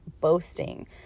boasting